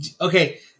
Okay